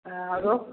आओरो